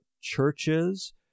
churches